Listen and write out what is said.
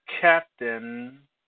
captain